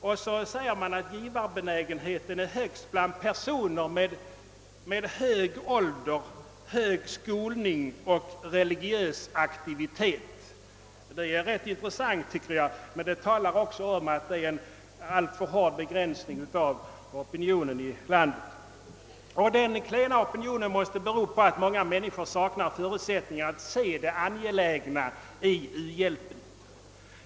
Och så säger man att givarbenägenheten är högst bland personer med hög ålder, hög skolning och religiös aktivitet. Det är rätt intressant, tycker jag, men det talar också om att det är en alltför snäv begränsning av opinionen i landet. Den klena opinionen måste bero på att många människor saknar förutsättningar att se det angelägna i u-hjälpen.